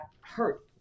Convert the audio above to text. hurt